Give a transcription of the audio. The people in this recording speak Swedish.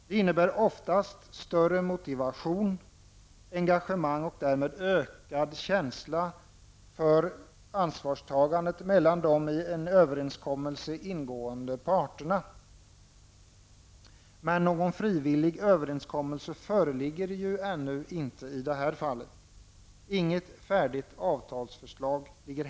Det innebär oftast större motivation och engagemang och därmed ökad känsla för ansvarstagande mellan de i överenskommelsen ingående parterna. Men någon frivillig överenskommelse föreligger ännu inte. Inget färdigt avtalsförslag finns.